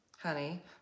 Honey